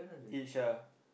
each ah